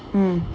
mm